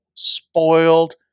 Spoiled